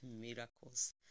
miracles